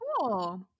cool